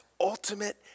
ultimate